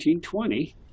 1920